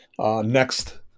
next